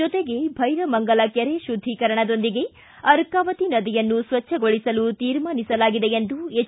ಜೊತೆಗೆ ಬೈರಮಂಗಲ ಕೆರೆ ಶುದ್ದಿಕರಣದೊಂದಿಗೆ ಅರ್ಕಾವತಿ ನದಿಯನ್ನು ಸ್ವಚ್ಛಗೊಳಿಸಲು ತೀರ್ಮಾನಿಸಲಾಗಿದೆ ಎಂದು ಎಚ್